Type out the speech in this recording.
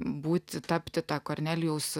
būti tapti ta kornelijaus